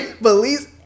police